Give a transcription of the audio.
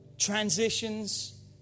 transitions